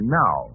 now